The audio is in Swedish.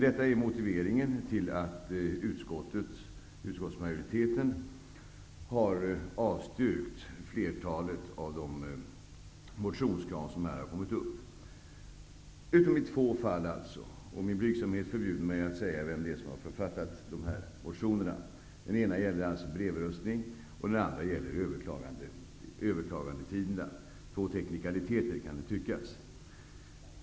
Detta är motiveringen till att utskottsmajoriteten har avstyrkt flertalet av de motionskrav som har framförts, dock inte i två fall. Min blygsamhet förbjuder mig att säga vem som har författat dessa motioner. Den ena gäller brevröstning och den andra överklagandetiderna -- två teknikaliteter, kan det tyckas.